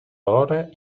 dolores